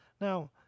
Now